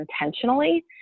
intentionally